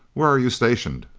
where are you stationed?